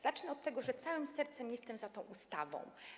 Zacznę od tego, że całym sercem jestem za tą ustawą.